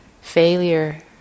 failure